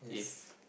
if